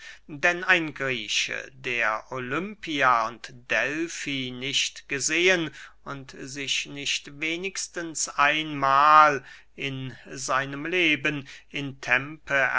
denn ein grieche der olympia und delfi nicht gesehen und sich nicht wenigstens einmahl in seinem leben in tempe